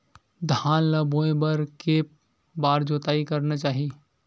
धान ल बोए बर के बार जोताई करना चाही?